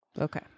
Okay